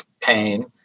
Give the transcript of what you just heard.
pain